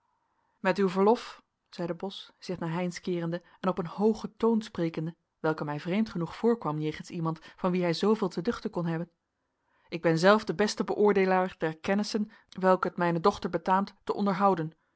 met uw verlof zeide bos zich naar heynsz keerende en op een hoogen toon sprekende welke mij vreemd genoeg voorkwam jegens iemand van wien hij zooveel te duchten kon nebben ik ben zelf de beste beoordeelaar der kennissen welke het mijne dochter betaamt te onderhouden